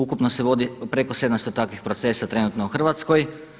Ukupno se vodi preko 700 takvih procesa trenutno u Hrvatskoj.